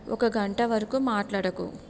ఒక గంట వరకు మాట్లాడకు